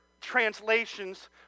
translations